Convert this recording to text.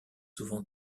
souvent